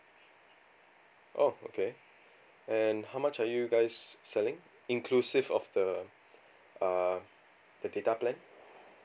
oh okay and how much are you guys selling inclusive of the uh the data plan